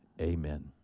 amen